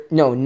no